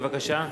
בבקשה.